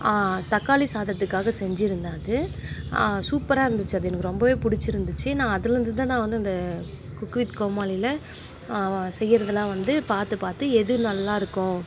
தக்காளி சாதத்துக்காக செஞ்சுருந்தேன் அது சூப்பராக இருந்துச்சு அது எனக்கு ரொம்பவே பிடிச்சிருந்துச்சி நான் அதிலேருந்து தான் நான் வந்து அந்த குக்கு வித் கோமாளியில் செய்கிறதுலாம் வந்து பார்த்துப் பார்த்து எது நல்லாயிருக்கும்